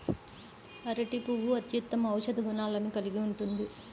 అరటి పువ్వు అత్యుత్తమ ఔషధ గుణాలను కలిగి ఉంటుంది